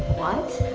what?